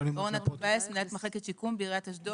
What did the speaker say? אורנה טוביאס, מנהלת מחלקת שיקום בעיריית אשדוד.